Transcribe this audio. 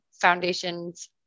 foundations